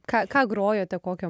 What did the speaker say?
ką ką grojote kokią